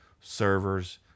servers